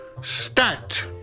STAT